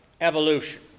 evolution